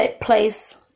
place